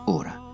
ora